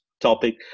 topic